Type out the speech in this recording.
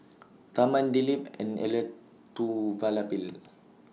Tharman Dilip and Elattuvalapil